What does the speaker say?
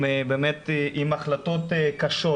עם באמת החלטות קשות.